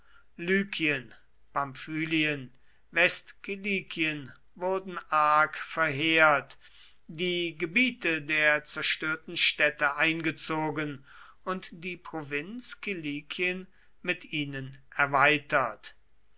lykien pamphylien westkilikien wurden arg verheert die gebiete der zerstörten städte eingezogen und die provinz kilikien mit ihnen erweitert